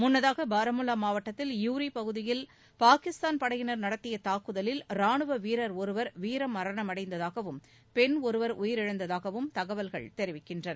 முன்னதாக பாரமுல்வா மாவட்டத்தில் யூரி பகுதியில் பாகிஸ்தான் படையினர் நடத்திய தாக்குதலில் ராணுவ வீரர் ஒருவர் வீரமரணமடைந்ததாகவும் பெண் ஒருவர் உயிரிழந்ததாகவும் தகவல்கள் தெரிவிக்கின்றன